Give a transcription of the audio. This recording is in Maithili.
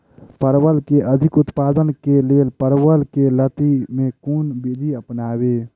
परवल केँ अधिक उत्पादन केँ लेल परवल केँ लती मे केँ कुन विधि अपनाबी?